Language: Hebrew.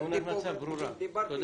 אף אחד